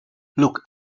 look